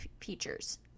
features